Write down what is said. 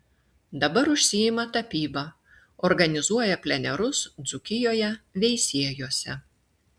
dabar užsiima tapyba organizuoja plenerus dzūkijoje veisiejuose